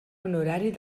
honorari